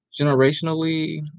generationally